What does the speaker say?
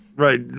Right